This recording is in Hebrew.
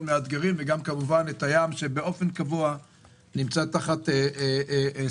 מאתגרים וגם כמובן את הים שבאופן קבוע נמצא תחת סכנה.